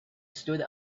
stood